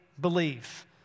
believe